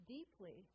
Deeply